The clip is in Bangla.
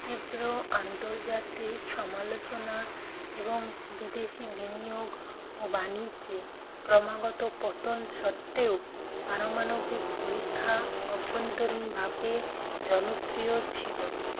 তীব্র আন্তর্জাতিক সমালোচনা এবং বিদেশী বিনিয়োগ ও বাণিজ্যে ক্রমাগত পতন সত্ত্বেও পারমাণবিক পরীক্ষা অভ্যন্তরীণভাবে জনপ্রিয় ছিল